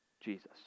Jesus